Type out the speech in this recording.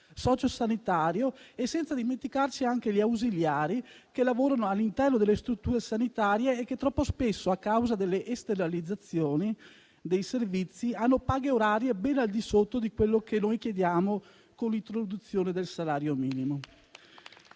sociosanitario, senza dimenticarci gli ausiliari che lavorano all'interno delle strutture sanitarie e che troppo spesso, a causa delle esternalizzazioni dei servizi, hanno paghe orarie ben al di sotto di quello che noi chiediamo con l'introduzione del salario minimo.